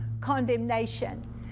condemnation